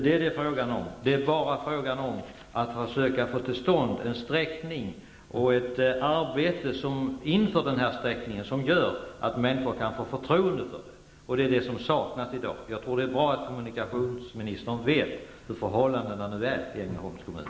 Det är frågan om att försöka få till stånd en sträckning och ett arbete inför denna sträckning som gör att människor kan få förtroende för det. Detta saknas i dag. Jag tror att det är bra att kommunikationsministern vet hur förhållandena nu är i Ängelholms kommun.